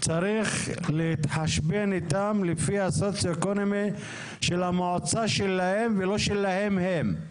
צריך להתחשבן איתם לפי הסוציואקונומי של המועצה שלהם ולא שלהם הם.